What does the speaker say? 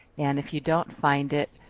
and if you don't find it,